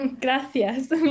Gracias